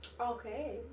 Okay